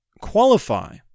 qualify